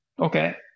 Okay